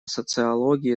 социологии